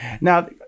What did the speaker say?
Now